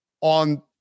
on